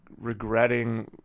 regretting